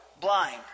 blind